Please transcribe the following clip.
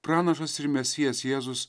pranašas ir mesijas jėzus